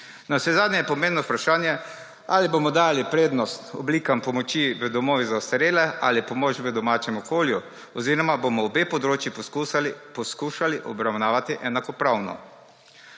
Navsezadnje je pomembno vprašanje, ali bomo dajali prednost oblikam pomoči v domovih za ostarele ali pomoč v domačem okolju oziroma bomo obe področji poskušali obravnavati enakopravno.